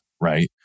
right